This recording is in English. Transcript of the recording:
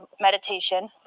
meditation